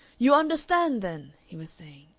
you understand, then, he was saying,